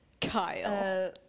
Kyle